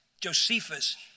Josephus